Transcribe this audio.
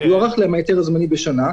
יוארך להם ההיתר הזמני בשנה,